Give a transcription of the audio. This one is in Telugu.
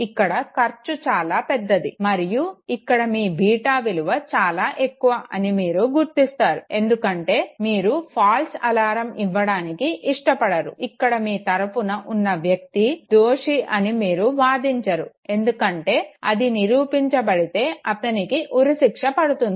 ఇక్కడ ఖర్చు చాలా పెద్దది మరియు ఇక్కడ మీ బీటా విలువ చాలా ఎక్కువ అని మీరు గుర్తిస్తారు ఎందుకంటే మీరు ఫాల్స్ అలారం ఇవ్వడానికి ఇష్టపడరు ఇక్కడ మీ తరపున ఉన్న వ్యక్తి దోషి అని మీరు వాదించారు ఎందుకంటే అది నిరూపించబడితే అతనికి ఉరిశిక్ష పడుతుంది